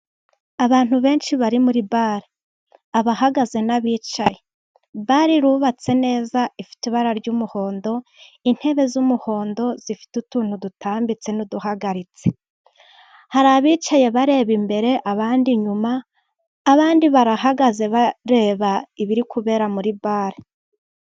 Abantu benshi bari muri bare, abahagaze n'abicaye. Bare irubatse neza ifite ibara ry'umuhondo, intebe z'umuhondo zifite utuntu dutambitse n'uduhagaritse, hari abicaye bareba imbere abandi inyuma, abandi barahagaze bareba ibiri kubera muri bare.